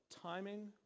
timing